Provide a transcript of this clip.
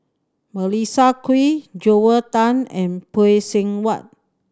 Melissa Kwee Joel Tan and Phay Seng Whatt